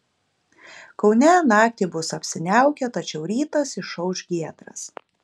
kaune naktį bus apsiniaukę tačiau rytas išauš giedras